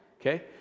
okay